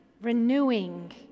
renewing